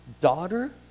daughter